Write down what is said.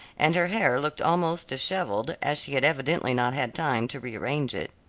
and her hair looked almost disheveled, as she had evidently not had time to rearrange it.